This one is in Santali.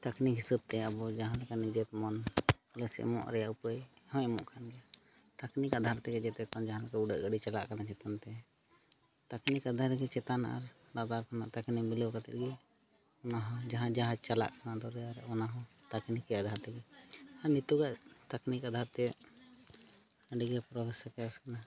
ᱛᱟᱹᱠᱱᱤᱠ ᱦᱤᱥᱟᱹᱵᱽᱛᱮ ᱟᱵᱚ ᱡᱟᱦᱟᱸᱞᱮᱠᱟ ᱡᱮᱢᱚᱱ ᱮᱢᱚᱜ ᱨᱮᱭᱟᱜ ᱩᱯᱟᱹᱭᱦᱚᱸᱭ ᱮᱢᱚᱜ ᱠᱟᱱ ᱜᱮᱭᱟ ᱛᱟᱹᱠᱱᱤᱠ ᱟᱫᱷᱟᱨᱛᱮᱜᱮ ᱡᱮᱛᱮᱠᱷᱚᱱ ᱡᱟᱦᱟᱸᱞᱮᱠᱟ ᱩᱰᱟᱹᱜ ᱜᱟᱹᱰᱤ ᱪᱟᱞᱟᱜ ᱠᱟᱱᱟ ᱪᱮᱛᱟᱱᱛᱮ ᱛᱟᱹᱠᱱᱤᱠ ᱟᱫᱷᱟᱨ ᱨᱮᱜᱮ ᱪᱮᱛᱟᱱ ᱟᱨ ᱞᱟᱛᱟᱨ ᱨᱮᱱᱟᱜ ᱛᱟᱹᱠᱱᱤᱠ ᱢᱤᱞᱟᱹᱣ ᱠᱟᱛᱮᱫ ᱡᱟᱦᱟᱸ ᱡᱟᱦᱟᱡᱽ ᱪᱟᱞᱟᱜ ᱠᱟᱱᱟ ᱫᱚᱨᱭᱟᱨᱮ ᱚᱱᱟᱦᱚᱸ ᱛᱟᱹᱠᱱᱤᱠᱤ ᱟᱫᱷᱟᱨᱛᱮᱜᱮ ᱱᱤᱛᱚᱜᱼᱟᱜ ᱛᱟᱹᱠᱱᱤᱠ ᱟᱫᱷᱟᱨᱛᱮ ᱟᱹᱰᱤᱜᱮ ᱯᱨᱚᱭᱟᱥ ᱟᱠᱟᱱᱟ